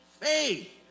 faith